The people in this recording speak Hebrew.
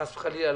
חס וחלילה,